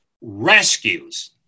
rescues